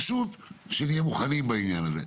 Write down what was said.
פשוט שנהיה מוכנים בעניין הזה.